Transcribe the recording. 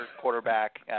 quarterback